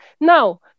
now